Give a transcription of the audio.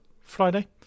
Friday